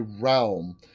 realm